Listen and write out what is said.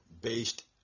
based